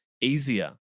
easier